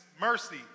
mercy